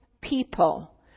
people